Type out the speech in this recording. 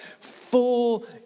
full